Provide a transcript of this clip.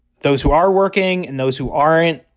those who are working and those who aren't.